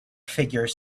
figure